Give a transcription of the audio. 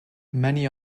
many